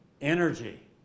Energy